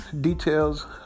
details